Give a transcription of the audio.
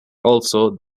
also